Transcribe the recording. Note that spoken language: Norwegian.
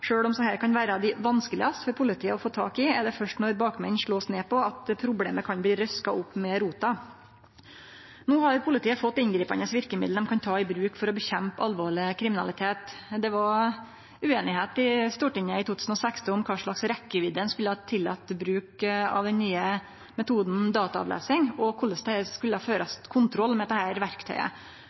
om desse kan vere dei vanskelegaste for politiet å få tak i, er det først når bakmennene blir slått ned på, at problemet kan bli røska opp med rota. No har politiet fått inngripande verkemiddel dei kan ta i bruk for å kjempe mot alvorleg kriminalitet. Det var ueinigheit i Stortinget i 2016 om kva for rekkjevidde ein skulle tillate for bruk av den nye metoden dataavlesing, og korleis det skulle førast kontroll med dette verktøyet.